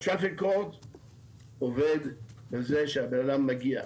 ה- Traffic courtעובד על זה שהבן-אדם מגיע.